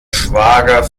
schwager